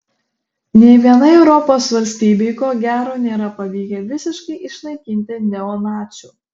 nė vienai europos valstybei ko gero nėra pavykę visiškai išnaikinti neonacių